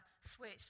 switch